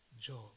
Job